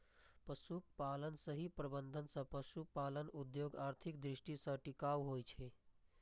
पशुक सही प्रबंधन सं पशुपालन उद्योग आर्थिक दृष्टि सं टिकाऊ होइ छै